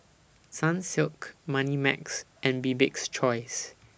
Sunsilk Moneymax and Bibik's Choice